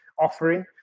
offering